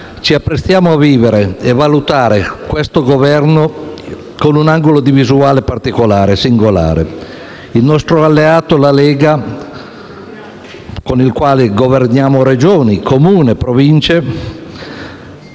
ci apprestiamo a vivere e a valutare questo Governo da una visuale particolare, singolare. Il nostro alleato, la Lega, con il quale governiamo Regioni, Province